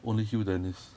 only hugh dennis